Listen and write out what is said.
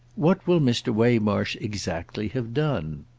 what will mr. waymarsh exactly have done?